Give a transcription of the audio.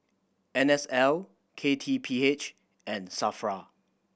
N S L K T P H and SAFRA